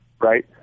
right